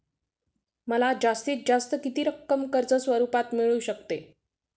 मला जास्तीत जास्त किती रक्कम कर्ज स्वरूपात मिळू शकते?